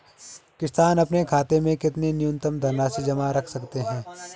किसान अपने खाते में कितनी न्यूनतम धनराशि जमा रख सकते हैं?